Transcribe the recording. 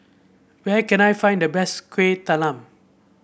where can I find the best Kueh Talam